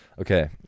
Okay